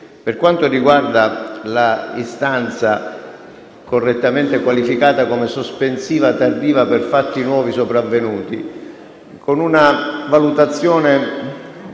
Per quanto riguarda l'istanza correttamente qualificata come questione sospensiva tardiva per fatti nuovi sopravvenuti, con una valutazione